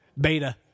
beta